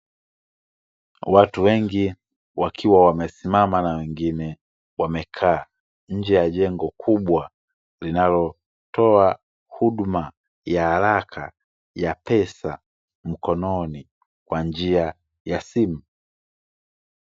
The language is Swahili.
Watu wengi wakiwa wamesimama na wengine wamekaa nje ya jengo kubwa, linalotoa huduma ya haraka ya pesa mkononi kwa njia ya simu.